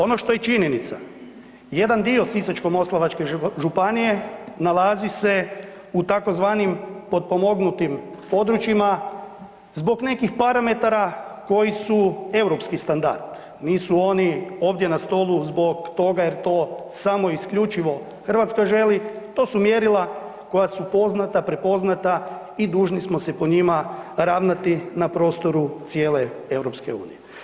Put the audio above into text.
Ono što je činjenica jedan dio Sisačko-moslavačke županije nalazi se u tzv. potpomognutim područjima zbog nekih parametara koji su europski standard, nisu oni ovdje na stolu zbog toga jer to samo i isključivo Hrvatska želi, to su mjerila koja su poznata, prepoznata i dužni smo se po njima ravnati na prostoru cijele EU.